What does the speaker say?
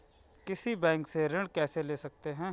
किसी बैंक से ऋण कैसे ले सकते हैं?